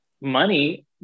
money